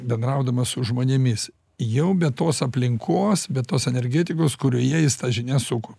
bendraudamas su žmonėmis jau be tos aplinkos bet tos energetikos kurioje jis tas žinias suko